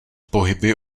pohyby